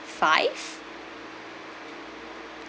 five